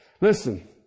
Listen